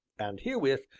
and herewith,